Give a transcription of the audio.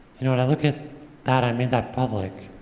you know what, i look at that, i made that public,